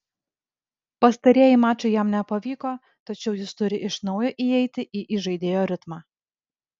pastarieji mačai jam nepavyko tačiau jis turi iš naujo įeiti į įžaidėjo ritmą